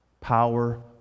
Power